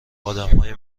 آدمهای